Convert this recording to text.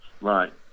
Right